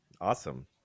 awesome